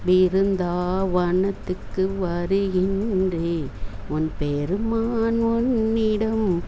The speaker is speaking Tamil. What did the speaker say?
பிருந்தாவனத்துக்கு வருகின்றேன் உன் பெருமான் உன்னிடம்